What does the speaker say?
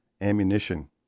ammunition